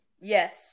Yes